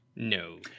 no